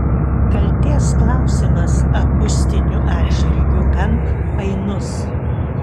kaltės klausimas akustiniu atžvilgiu gan painus